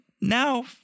now